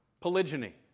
polygyny